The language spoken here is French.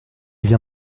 vient